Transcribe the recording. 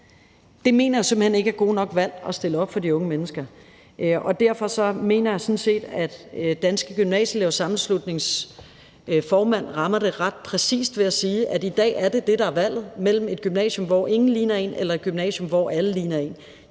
Det mener jeg simpelt hen ikke er gode nok valg at stille op for de unge mennesker, og derfor mener jeg sådan set, at Danske Gymnasieelevers Sammenslutnings formand rammer det ret præcist ved at sige, at i dag er det det, der er valget, altså mellem et gymnasium, hvor ingen ligner en, eller et gymnasium, hvor alle ligner en.